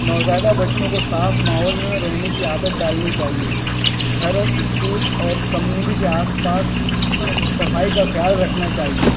نوزائیدہ بچوں کو صاف ماحول میں رہنے کی عادت ڈالنی چاہیے گھر اسکول اور کمیونٹی کے آس پاس صفائی کا خیال رکھنا چاہیے